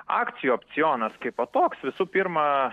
akcijų opcionas kaipo toks visų pirma